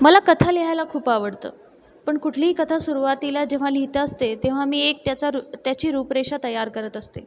मला कथा लिहायला खूप आवडतं पण कुठलीही कथा सुरुवातीला जेव्हा लिहीत असते तेव्हा मी एक त्याचा रु त्याची रूपरेषा तयार करत असते